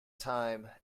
time